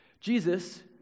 Jesus